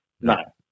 no